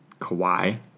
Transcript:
Kawhi